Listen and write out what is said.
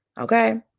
okay